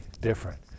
different